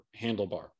handlebar